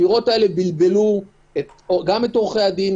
הספירות האלה בלבלו גם את עורכי הדין,